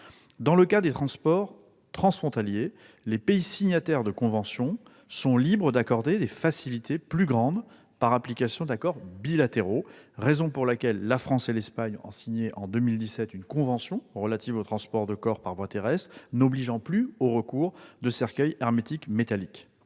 Dans le cas de transports transfrontaliers, les pays signataires de conventions sont libres d'accorder des facilités plus grandes par application d'accords bilatéraux. C'est sur ce fondement que la France et l'Espagne ont, en 2017, signé une convention relative au transport de corps par voie terrestre n'obligeant plus à recourir à un cercueil hermétique métallique.